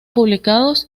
publicados